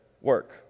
work